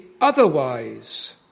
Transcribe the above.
otherwise